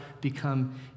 become